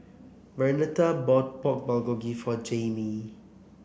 Vernetta bought Pork Bulgogi for Jaimee